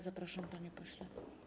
Zapraszam, panie pośle.